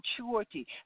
maturity